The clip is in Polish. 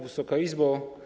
Wysoka Izbo!